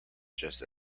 just